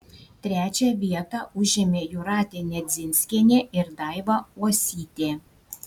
trečią vietą užėmė jūratė nedzinskienė ir daiva uosytė